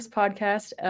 podcast